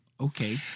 okay